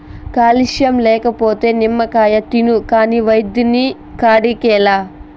calcium లేకపోతే నిమ్మకాయ తిను కాని వైద్యుని కాడికేలా